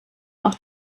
auch